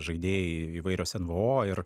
žaidėjai įvairios nvo ir